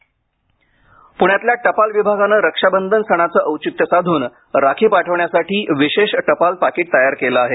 प्ण्यातल्या टपाल विभागाने रक्षाबंधन सणाचे औचित्य साधून राखी पाठवण्यासाठी विशेष टपाल पाकिट तयार केले आहे